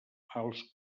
els